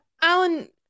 Alan